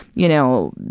you know,